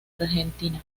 argentina